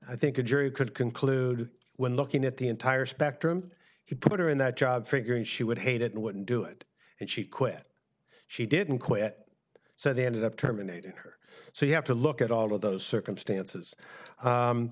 i think a jury could conclude when looking at the entire spectrum he put her in that job figuring she would hate it and wouldn't do it and she quit she didn't quit so they ended up terminated her so you have to look at all of those circumstances